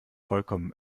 vollkommen